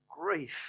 grief